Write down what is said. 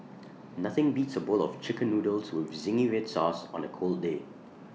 nothing beats A bowl of Chicken Noodles with Zingy Red Sauce on A cold day